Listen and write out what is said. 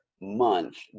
month